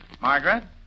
Margaret